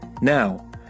Now